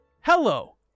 Hello